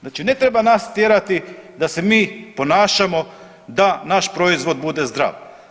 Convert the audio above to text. Znači ne treba nas tjerati da se mi ponašamo da naš proizvod bude zdrav.